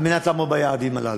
על מנת לעמוד ביעדים הללו.